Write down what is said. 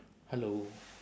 hello